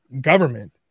government